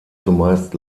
zumeist